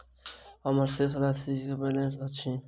हम्मर शेष राशि वा बैलेंस की अछि?